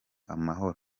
amahoro